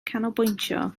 canolbwyntio